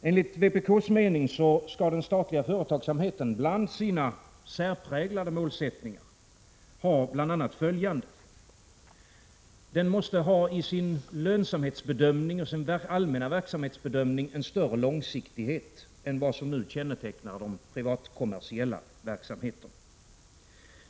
Enligt vpk:s mening skall den statliga företagsamheten bland sina särpräglade målsättningar ha bl.a. följande: Den måste i sin lönsamhetsbedömning och allmänna verksamhetsbedömning ha en större långsiktighet än vad som nu kännetecknar de privatkommersiella verksamheterna.